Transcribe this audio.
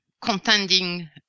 contending